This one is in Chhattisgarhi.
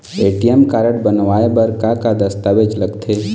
ए.टी.एम कारड बनवाए बर का का दस्तावेज लगथे?